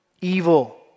evil